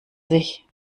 sich